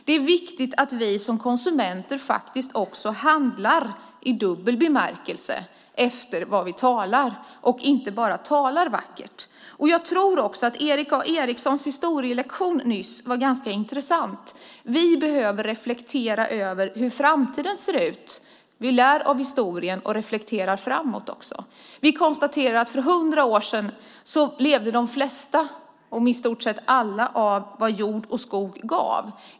Det är viktigt att vi som konsumenter handlar, i dubbel bemärkelse, efter vad vi säger och inte bara talar vackert. Jag tycker också att Erik A Erikssons historielektion nyss var ganska intressant. Vi behöver reflektera över hur framtiden ser ut. Vi lär av historien och reflekterar framåt. Vi konstaterar att för hundra år sedan levde de flesta, i stort sett alla, av vad jord och skog gav.